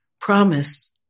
promise